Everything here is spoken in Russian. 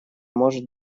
может